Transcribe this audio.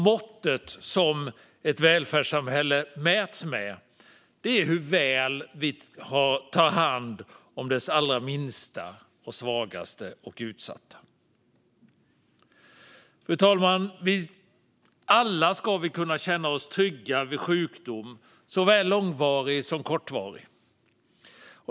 Måttet som ett välfärdssamhälle mäts med är hur väl det tar hand om sina allra minsta, svagaste och mest utsatta. Fru talman! Alla ska vi kunna känna oss trygga vid sjukdom, såväl långvarig som kortvarig.